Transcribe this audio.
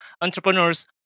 entrepreneurs